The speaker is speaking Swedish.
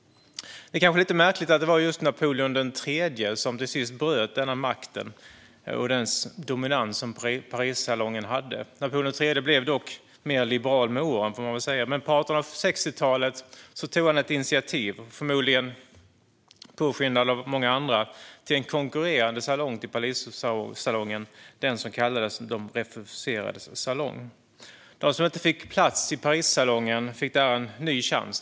Det är kanske lite märkligt att det var just Napoleon III som till sist bröt Parissalongens makt och dominans. Han blev dock mer liberal med åren, får man säga, men på 1860-talet tog han ett initiativ, förmodligen påskyndad av många andra, till en konkurrerande salong till Parissalongen - de refuserades salong. De som inte fick plats på Parissalongen fick där en ny chans.